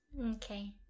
okay